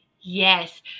Yes